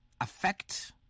affect